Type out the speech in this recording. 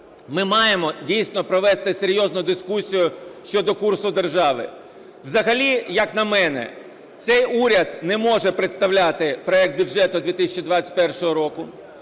Ми маємо, дійсно, провести серйозну дискусію щодо курсу держави. Взагалі, як на мене, цей уряд не може представляти проект бюджету 2021 року.